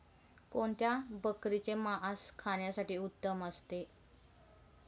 कोणत्या बकरीचे मास खाण्यासाठी उत्तम असते?